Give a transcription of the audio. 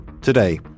Today